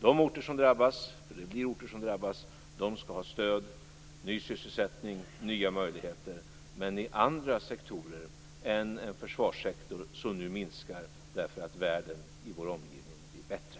De orter som drabbas skall ha stöd, ny sysselsättning, nya möjligheter, men i andra sektorer än i försvarssektorn. Den minskar därför att världen i vår omgivning blir bättre.